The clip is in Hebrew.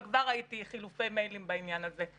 וכבר ראיתי חילופי מיילים בעניין הזה.